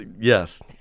Yes